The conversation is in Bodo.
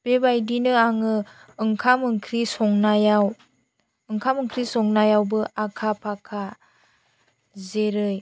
बेबायदिनो आङो ओंखाम ओंख्रि संनायाव ओंखाम ओंख्रि संनायावबो आखा फाखा जेरै